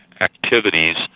activities